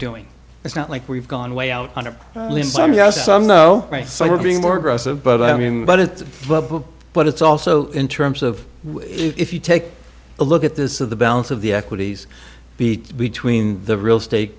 doing it's not like we've gone way out on a limb some yes some no so we're being more aggressive but i mean but it's but it's also in terms of if you take a look at this of the balance of the equities the between the real sta